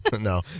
No